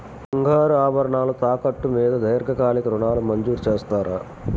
బంగారు ఆభరణాలు తాకట్టు మీద దీర్ఘకాలిక ఋణాలు మంజూరు చేస్తారా?